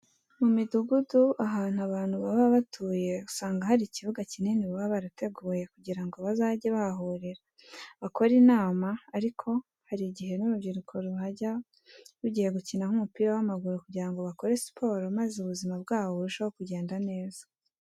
Mu midugudu ahantu abantu baba batuye usanga hari ikibuga kinini baba barateguye kugira ngo bazajye bahahurira bakore inama ariko hari igihe n'urubyiruko ruhajya rugiye gukina nk'umupira w'amaguru kugira ngo bakore siporo maze ubuzima bwabo burusheho kugenda neza.